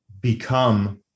become